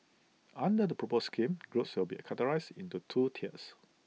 under the proposed scheme groups will be categorised into two tiers